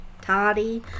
Toddy